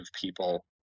people